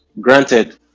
Granted